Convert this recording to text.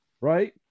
right